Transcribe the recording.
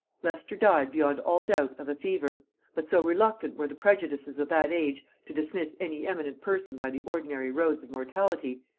leicester died, beyond all doubt, of a fever but so reluctant were the prejudices of that age to dismiss any eminent person by the ordinary roads of mortality,